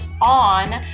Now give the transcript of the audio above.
on